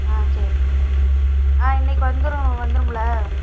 ஆம் சரிண்ணா ஆம் இன்றைக்கு வந்துடும் வந்துடும்ல